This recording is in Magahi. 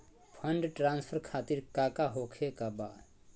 फंड ट्रांसफर खातिर काका होखे का बा?